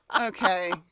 Okay